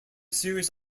series